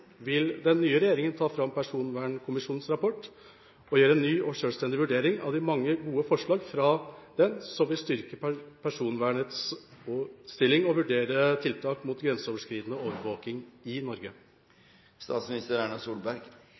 Vil den nye regjeringa ta fram personvernkommisjonens rapport og gjøre en ny og selvstendig vurdering av de mange gode forslag fra den som vil styrke personvernets stilling, og vurdere tiltak mot grenseoverskridende overvåking i Norge?